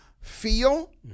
feel